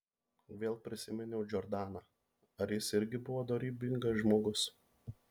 vėl prisiminiau džordaną ar jis irgi buvo dorybingas žmogus